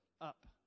up